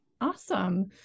Awesome